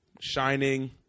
Shining